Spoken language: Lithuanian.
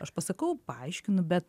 aš pasakau paaiškinu bet